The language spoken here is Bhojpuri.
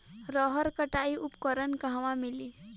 रहर कटाई उपकरण कहवा मिली?